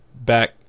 back